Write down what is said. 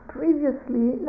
previously